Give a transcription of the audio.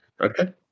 Okay